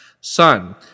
Son